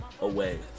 away